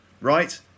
right